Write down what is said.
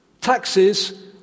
Taxes